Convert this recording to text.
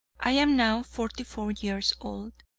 i am now forty-four years old,